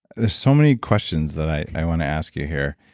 ah so many questions that i want to ask you here.